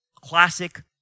Classic